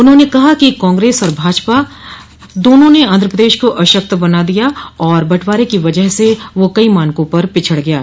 उन्होंने कहा कि कांग्रेस और भाजपा दोनों ने आंध्रप्रदेश को अशक्त बना दिया और बटवारे की वजह से वह कई मानकों पर पिछड़ गया है